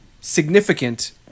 significant